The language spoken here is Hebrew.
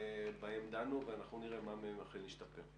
שבהם דנו, ואנחנו נראה מה מהם אכן השתפר.